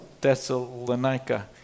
Thessalonica